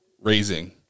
raising